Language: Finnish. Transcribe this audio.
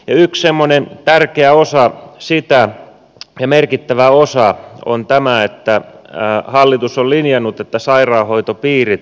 yksi semmoinen tärkeä osa sitä ja merkittävä osa on tämä että hallitus on linjannut että sairaanhoitopiirit tullaan lakkauttamaan